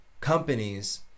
companies